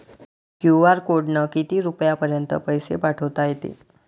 QR कोडनं किती रुपयापर्यंत पैसे पाठोता येते?